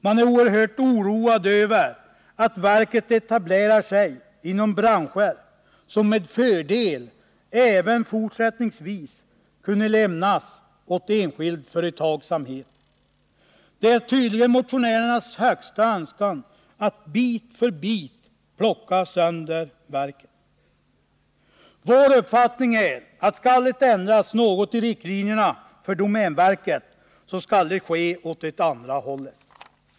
Man är oerhört oroad över att verket etablerar sig inom branscher som med fördel även fortsättningsvis kunde lämnas åt enskild företagsamhet. Det är tydligen motionärernas högsta önskan att bit för bit plocka sönder verket. Vår uppfattning är att om något skall ändras i riktlinjerna för domänverket, så skall det ske åt det andra hållet.